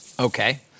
Okay